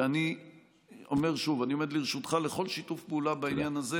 ואני אומר שוב: אני עומד לרשותך לכל שיתוף פעולה בעניין הזה,